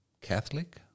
Catholic